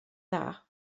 dda